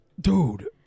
Dude